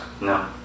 No